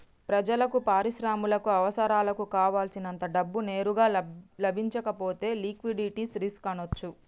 ప్రజలకు, పరిశ్రమలకు అవసరాలకు కావల్సినంత డబ్బు నేరుగా లభించకపోతే లిక్విడిటీ రిస్క్ అనొచ్చు